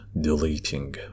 deleting